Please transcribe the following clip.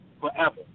forever